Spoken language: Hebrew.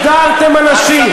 איך הדרתם אנשים,